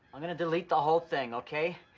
i'm gonna delete the whole thing, okay?